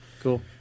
cool